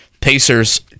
Pacers